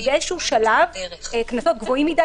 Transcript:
באיזשהו שלב קנסות גבוהים מדי